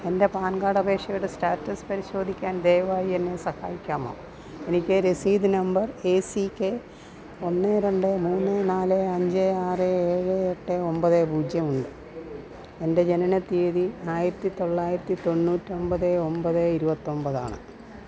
എൻ്റെ PAN card അപേക്ഷയുടെ status പരിശോധിക്കാൻ ദയവായി എന്നെ സഹായിക്കാമോ എനിക്ക് രസീത് നമ്പർ എ സി കെ ഒന്ന് രണ്ട് മൂന്ന് നാല് അഞ്ച് ആറ് ഏഴ് എട്ട് ഒൻപത് പൂജ്യം ഉണ്ട് എൻ്റെ ജനന തീയതി ആയിരത്തി തൊള്ളായിരത്തി തൊണ്ണൂറ്റൊൻപത് ഒൻപത് ഇരുപത്തൊൻപതാണ്